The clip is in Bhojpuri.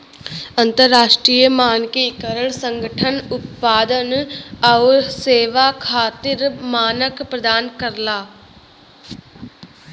अंतरराष्ट्रीय मानकीकरण संगठन उत्पाद आउर सेवा खातिर मानक प्रदान करला